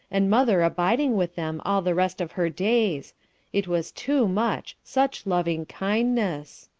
and mother abiding with them all the rest of her days it was too much, such loving-kindness!